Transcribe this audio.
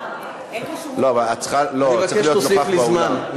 אני מבקש שתוסיף לי זמן.